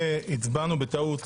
הצבענו בטעות